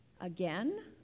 Again